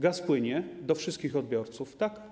Gaz płynie do wszystkich odbiorców, tak?